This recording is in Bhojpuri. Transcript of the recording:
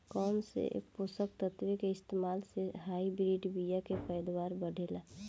कौन से पोषक तत्व के इस्तेमाल से हाइब्रिड बीया के पैदावार बढ़ेला?